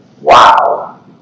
Wow